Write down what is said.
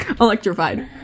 Electrified